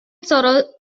zoroastrians